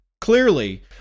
clearly